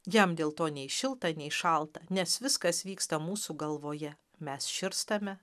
jam dėl to nei šilta nei šalta nes viskas vyksta mūsų galvoje mes širstame